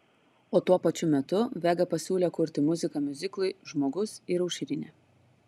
o tuo pačiu metu vega pasiūlė kurti muziką miuziklui žmogus ir aušrinė